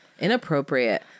Inappropriate